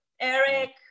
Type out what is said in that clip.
Eric